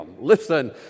listen